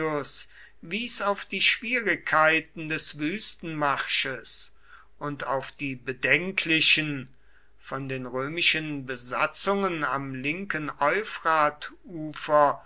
wies auf die schwierigkeiten des wüstenmarsches und auf die bedenklichen von den römischen besatzungen am linken